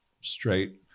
straight